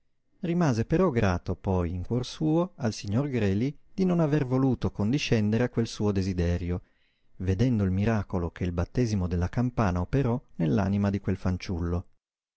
rimase però grato poi in cuor suo al signor greli di non aver voluto condiscendere a quel suo desiderio vedendo il miracolo che il battesimo della campana operò nell'anima di quel fanciullo